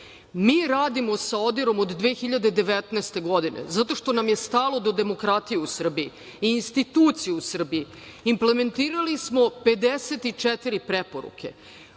radimo sa ODIR-om od 2019. godine, zato što nam je stalo do demokratije u Srbiji i institucija u Srbiji. Implementirali smo 54 preporuke.